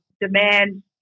demand